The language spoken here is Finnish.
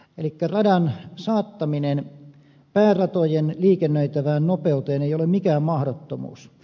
elikkä radan saattaminen pääratojen liikennöitävään nopeuteen ei ole mikään mahdottomuus